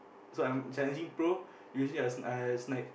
so I'm challenging pro usually I'll I'll snipe